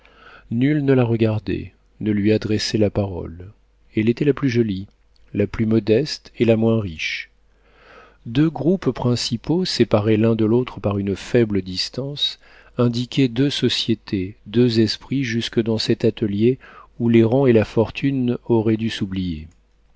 nulle ne la regardait ne lui adressait la parole elle était la plus jolie la plus modeste et la moins riche deux groupes principaux séparés l'un de l'autre par une faible distance indiquaient deux sociétés deux esprits jusque dans cet atelier où les rangs et la fortune auraient dû s'oublier